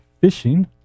fishing